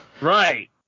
Right